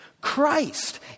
Christ